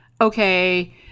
okay